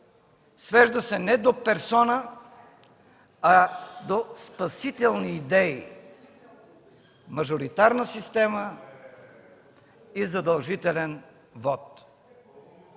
свежда се не до персона, а до спасителни идеи – мажоритарна система и задължителен вот.